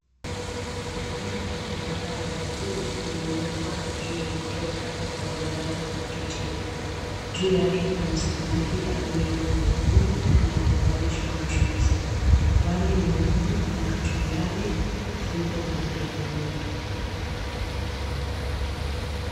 Sahani ya duara ya buluu, imewekwa juu ya mkeka wa duara kwa kijivu. Juu yake kuna samaki aliyeiva vizuri, na kuvalishwa mchuzi. Wali mweupe na kachumbari zipo pembeni.